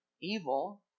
evil